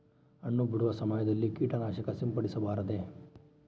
ಹಣ್ಣು ಬಿಡುವ ಸಮಯದಲ್ಲಿ ಕೇಟನಾಶಕ ಸಿಂಪಡಿಸಬಾರದೆ?